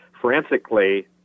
Forensically